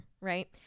right